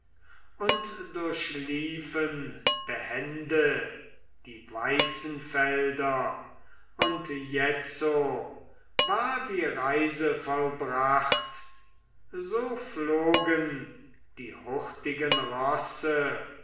und durchliefen behende die weizenfelder und jetzo war die reise vollbracht so flogen die hurtigen rosse